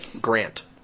Grant